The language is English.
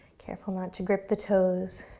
careful not to grip the toes,